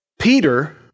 Peter